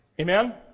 Amen